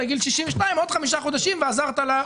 לגיל 62 עוד חמישה חודשים ועזרת לה.